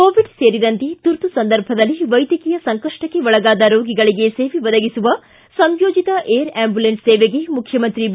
Covid ಸೇರಿದಂತೆ ತುರ್ತು ಸಂದರ್ಭದಲ್ಲಿ ವೈದ್ಯಕೀಯ ಸಂಕಪ್ಪಕ್ಕೆ ಒಳಗಾದ ರೋಗಿಗಳಿಗೆ ಸೇವೆ ಒದಗಿಸುವ ಸಂಯೋಜಿತ ಏರ್ ಆ್ವಂಬುಲೆನ್ಸ್ ಸೇವೆಗೆ ಮುಖ್ಜಮಂತ್ರಿ ಬಿ